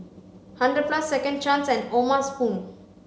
hundred plus Second Chance and O'ma spoon